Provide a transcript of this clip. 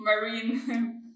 marine